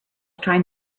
trying